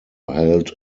held